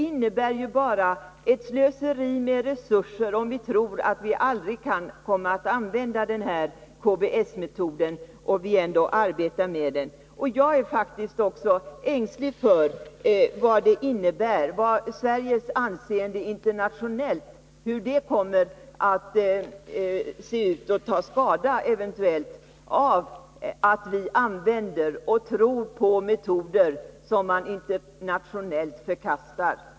Tror vi att vi aldrig kommer att använda KBS-metoden, innebär det ju ett slöseri med resurser, om vi ändå arbetar med den. Jag är faktiskt också ängslig för hur Sveriges anseende internationellt kommer att påverkas. Kommer det att ta skada av att vi arbetar med och tror på metoder som man internationellt förkastar?